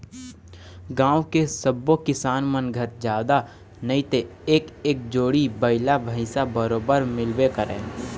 गाँव के सब्बो किसान मन घर जादा नइते एक एक जोड़ी बइला भइसा बरोबर मिलबे करय